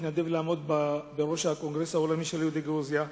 התנדב לעמוד בראש הקונגרס העולמי של יהודי גרוזיה,